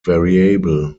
variable